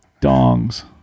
Dongs